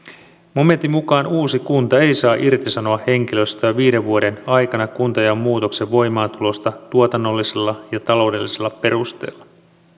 momentin mukaan uusi kunta ei saa irtisanoa henkilöstöä viiden vuoden aikana kuntajaon muutoksen voimaantulosta tuotannollisilla ja taloudellisilla perusteilla